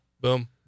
Boom